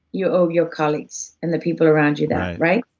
you owe your colleagues, and the people around you that, right?